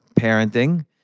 parenting